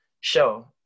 show